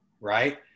Right